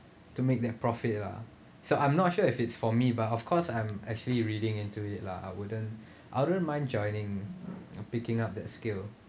to make that profit lah so I'm not sure if it's for me but of course I'm actually reading into it lah I wouldn't I wouldn't mind joining or picking up that skill